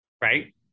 right